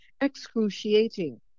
excruciating